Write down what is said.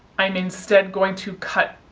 i'm instead going to cut,